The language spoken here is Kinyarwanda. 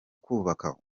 kubaka